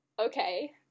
okay